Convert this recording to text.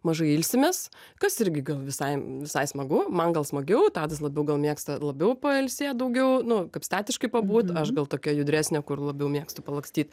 mažai ilsimės kas irgi gal visai visai smagu man gal smagiau tadas labiau gal mėgsta labiau pailsėt daugiau nu statiškai pabūt aš gal tokia judresnė kur labiau mėgstu palakstyt